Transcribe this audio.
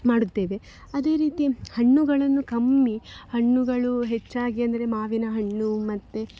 ಮಾಡುತ್ತೇವೆ ಅದೇ ರೀತಿ ಹಣ್ಣುಗಳನ್ನು ಕಮ್ಮಿ ಹಣ್ಣುಗಳು ಹೆಚ್ಚಾಗಿ ಅಂದರೆ ಮಾವಿನ ಹಣ್ಣು ಮತ್ತು